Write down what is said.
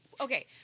Okay